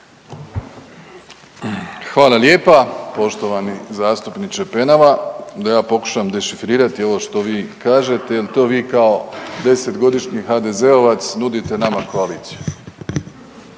Hvala lijepa poštovani zastupniče Penava da ja pokušam dešifrirati ovo što vi kažete, jel to vi kao 10-godišnji HDZ-ovac nudite nama koaliciju.